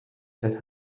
that